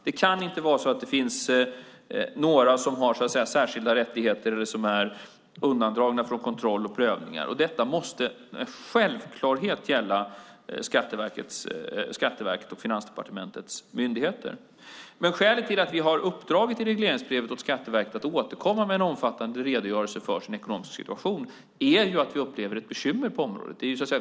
Det kan inte vara så att det finns några som har så att säga särskilda rättigheter eller som är undandragna från kontroll och prövningar. Detta måste med självklarhet gälla Skatteverket och Finansdepartementets myndigheter. Skälet till att vi i regleringsbrevet har uppdragit åt Skatteverket att återkomma med en omfattande redogörelse för sin ekonomiska situation är ju att vi upplever ett bekymmer på området.